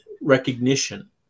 recognition